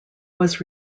was